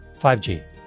5G